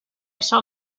shall